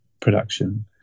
production